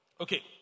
Okay